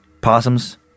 possums